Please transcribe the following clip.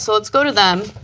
so let's go to them.